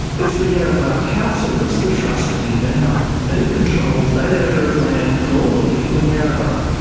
it's the yarrabah council that's the trustee now, and it controls that area of land for all the people in yarrabah.